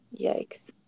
Yikes